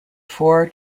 four